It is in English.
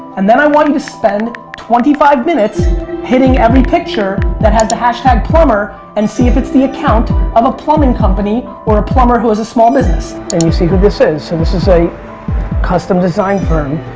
and then i want you to spend twenty five minutes hitting every picture that has the hashtag plumber and see if it's the account of a plumbing company or plumber who has a small business. and you see who this is, so and this is a custom design firm.